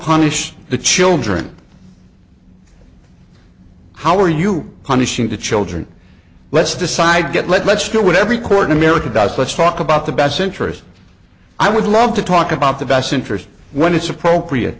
punish the children how are you punishing the children let's decide get let's do what every court in america does let's talk about the best interest i would love to talk about the best interest when it's appropriate